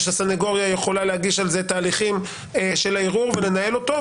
הסניגוריה יכולה להגיש על זה תהליכים של הערעור ולנהל אותו,